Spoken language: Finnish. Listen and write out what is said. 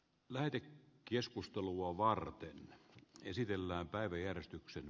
lääke keskustelua varten esitellään edellyttävä